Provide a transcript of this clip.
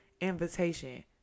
invitation